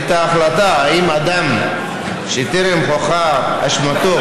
את ההחלטה אם אדם שטרם הוכחה אשמתו